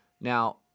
Now